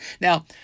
Now